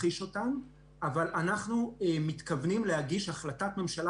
אבל אנחנו מתכוונים להגיש בסוף השנה החלטת ממשלה